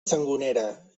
sangonera